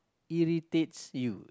irritates you